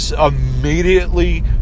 immediately